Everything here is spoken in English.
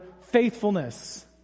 faithfulness